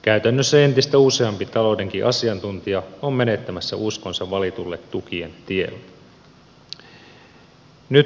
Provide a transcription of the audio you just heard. käytännössä entistä useampi taloudenkin asiantuntija on menettämässä uskonsa valitulle tukien tielle